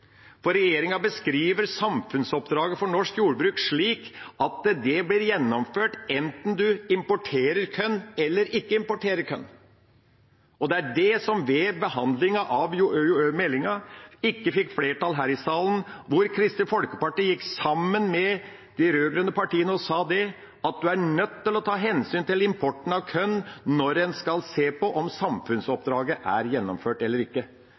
Regjeringa beskriver samfunnsoppdraget for norsk jordbruk slik at det blir gjennomført enten man importerer korn eller ikke importerer korn. Det er det som ved behandlingen av meldingen ikke fikk flertall her i salen, hvor Kristelig Folkeparti gikk sammen med de rød-grønne partiene og sa at man er nødt til å ta hensyn til importen av korn når man skal se på om samfunnsoppdraget er gjennomført eller ikke.